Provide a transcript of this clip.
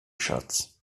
schatz